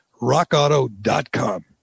rockauto.com